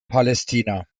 palästina